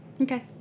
Okay